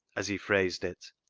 as he phrased it,